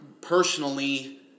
personally